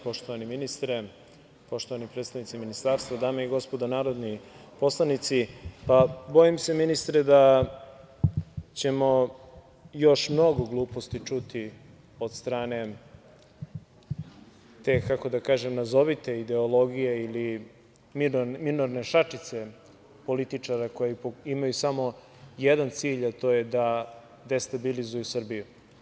Poštovani ministre, poštovani predstavnici ministarstva, dame i gospodo narodni poslanici, bojim se ministre da ćemo još mnogo gluposti čuti od strane te nazovi ideologije ili minorne šačice političara koji imaju samo jedan cilj, a to je da destabilizuju Srbiju.